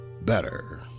better